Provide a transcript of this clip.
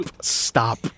Stop